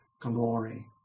glory